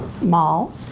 mall